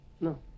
No